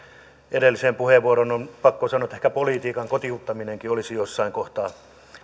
edelliseen puheenvuoroon on pakko sanoa että ehkä politiikan kotiuttaminenkin olisi jossain kohtaa